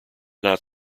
not